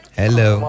hello